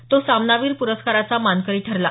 तो सामनावीर पुरस्काराचा मानकरी ठरला